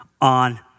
on